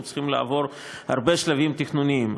הם צריכים לעבור הרבה שלבים תכנוניים,